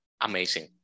Amazing